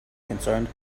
concerned